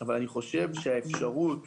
אבל אני חושב שהאפשרות